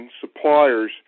suppliers